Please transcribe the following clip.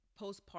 postpartum